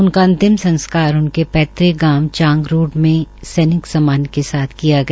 उनका अंतिम संस्कार उनके पैतृक गांव चांगरोड में सैनिक सम्मान के साथ किया गया